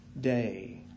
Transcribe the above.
day